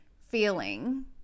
feeling